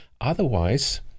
otherwise